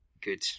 good